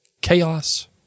Chaos